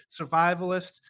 survivalist